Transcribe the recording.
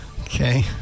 Okay